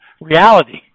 reality